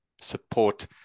support